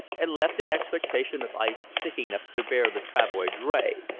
and left in expectation of ice thick enough to bear the travoy dray.